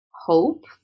hope